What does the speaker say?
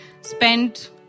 spent